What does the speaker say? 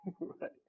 right